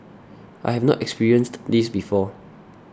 I have not experienced this before